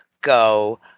go